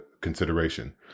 consideration